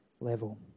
level